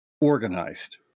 organized